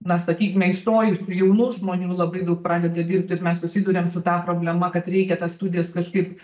na sakykime įstojusių jaunų žmonių labai daug pradeda dirbti ir mes susiduriam su ta problema kad reikia tas studijas kažkaip